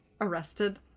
arrested